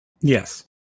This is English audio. Yes